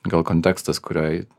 gal kontekstas kuriuo eit